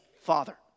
Father